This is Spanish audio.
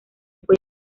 fue